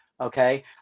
Okay